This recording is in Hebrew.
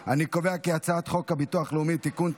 הצעת חוק הביטוח הלאומי (תיקון,